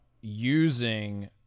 using